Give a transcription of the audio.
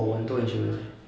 我有很多 insurance 了